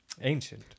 Ancient